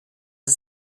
ist